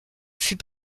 fut